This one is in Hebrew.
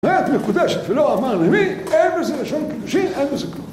הרי את מקודשת, לא אמר למי, אין בזה לשון קידושין, אין בזה כלום.